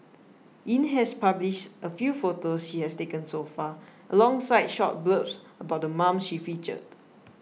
Yin has published a few photos she has taken so far alongside short blurbs about the moms she featured